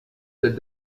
the